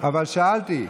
אבל שאלתי,